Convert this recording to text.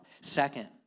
Second